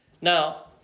Now